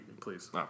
please